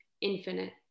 infinite